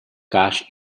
cash